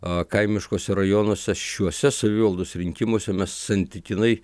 a kaimiškuose rajonuose šiuose savivaldos rinkimuose santykinai